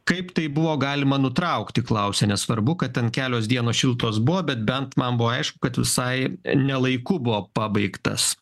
kaip tai buvo galima nutraukti klausia nesvarbu kad ten kelios dienos šiltos buvo bet bent man buvo aišku kad visai ne laiku buvo pabaigtas